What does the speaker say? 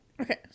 Okay